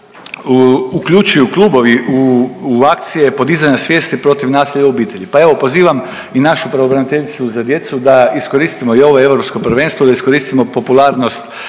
uključuju u klubovi u akcije podizanja svijesti protiv nasilja u obitelji. Pa evo pozivam i našu pravobraniteljicu za djecu da iskoristimo i ovo europsko prvenstvo, da iskoristimo popularnost